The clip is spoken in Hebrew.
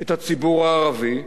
את הציבור הערבי.